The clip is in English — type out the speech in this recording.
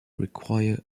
requires